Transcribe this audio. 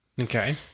Okay